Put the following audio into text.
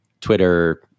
Twitter